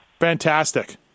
Fantastic